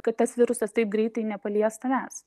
kad tas virusas taip greitai nepalies tavęs